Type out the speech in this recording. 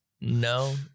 No